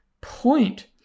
point